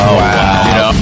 wow